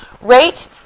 rate